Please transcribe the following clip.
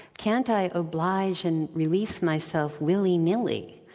can't i oblige and release myself willy-nilly?